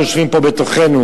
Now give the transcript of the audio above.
שיושבים פה בתוכנו.